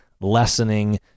lessening